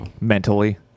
Mentally